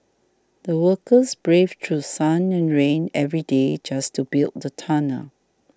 the workers braved through sun and rain every day just to build the tunnel